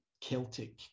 Celtic